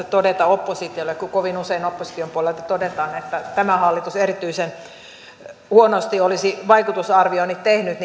todeta oppositiolle kun kovin usein opposition puolelta todetaan että tämä hallitus erityisen huonosti olisi vaikutusarvioinnit tehnyt